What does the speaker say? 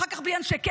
ואחר כך בלי אנשי קבע.